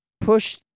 push